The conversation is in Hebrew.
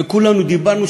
וכולנו דיברנו,